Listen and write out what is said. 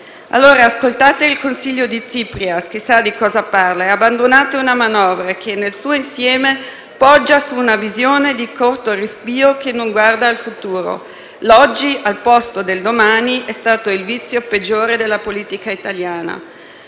Ascoltate allora il consiglio di Tsipras, che sa di cosa parla, e abbandonate una manovra che, nel suo insieme, poggia su una visione di corto respiro che non guarda al futuro. L'oggi al posto del domani è stato il vizio peggiore della politica italiana.